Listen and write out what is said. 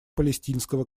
палестинского